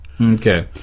Okay